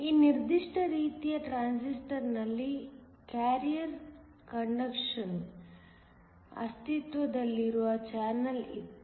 ಈ ನಿರ್ದಿಷ್ಟ ರೀತಿಯ ಟ್ರಾನ್ಸಿಸ್ಟರ್ನಲ್ಲಿ ಕ್ಯಾರಿಯರ್ ಕಂಡಕ್ಷನ್ ಗಾಗಿ ಅಸ್ತಿತ್ವದಲ್ಲಿರುವ ಚಾನಲ್ ಇತ್ತು